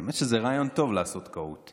האמת, זה רעיון טוב לעשות קהוט.